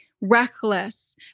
reckless